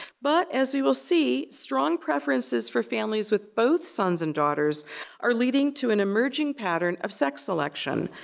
but as we will see, strong preferences for families with both sons and daughters are leading to an emerging pattern of sex selection,